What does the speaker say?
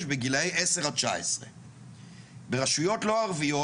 בגילאי 10 עד 19. ברשויות לא ערביות,